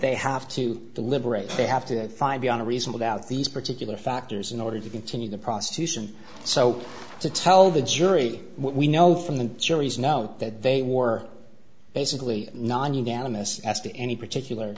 they have to deliberate they have to find beyond a reasonable doubt these particular factors in order to continue the prosecution so to tell the jury what we know from the jury's know that they were basically nonu down a mess as to any particular